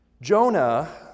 Jonah